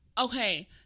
okay